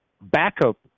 backup